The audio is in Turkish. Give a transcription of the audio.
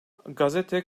gazete